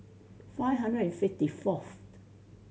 five hundred and fifty fourth